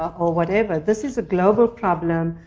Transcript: or whatever. this is a global problem.